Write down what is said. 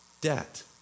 debt